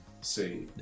see